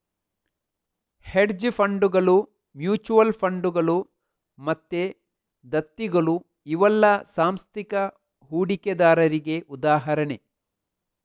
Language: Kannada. ಹೆಡ್ಜ್ ಫಂಡುಗಳು, ಮ್ಯೂಚುಯಲ್ ಫಂಡುಗಳು ಮತ್ತೆ ದತ್ತಿಗಳು ಇವೆಲ್ಲ ಸಾಂಸ್ಥಿಕ ಹೂಡಿಕೆದಾರರಿಗೆ ಉದಾಹರಣೆ